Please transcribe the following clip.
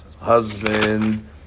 husband